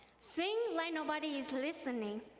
sing like nobody is listening,